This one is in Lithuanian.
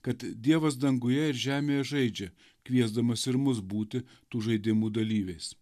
kad dievas danguje ir žemėje žaidžia kviesdamas ir mus būti tų žaidimų dalyviais